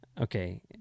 Okay